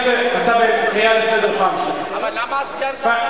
אבל למה סגן השר מנבל את הפה?